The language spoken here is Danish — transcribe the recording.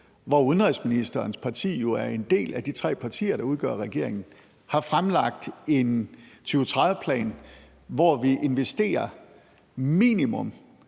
og udenrigsministerens parti er jo en del af de tre partier, der udgør regeringen, har fremlagt en 2030-plan, hvori vi investerer minimum